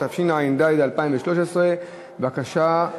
התשע"ד 2013. בבקשה,